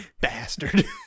bastard